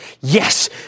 Yes